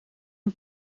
een